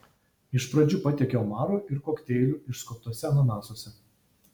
iš pradžių patiekė omarų ir kokteilių išskobtuose ananasuose